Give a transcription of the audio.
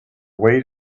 weight